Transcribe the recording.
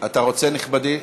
אתה רוצה, נכבדי?